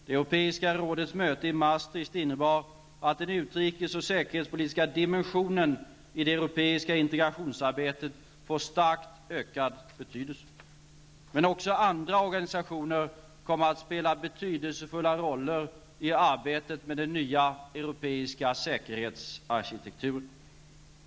Det Europeiska rådets möte i Maastricht innebar att den utrikes och säkerhetspolitiska dimensionen i det europeiska integrationsarbetet får starkt ökad betydelse. Men också andra organisationer kommer att spela betydelsefulla roller i arbetet med den nya europeiska säkerhetsarkitekturen.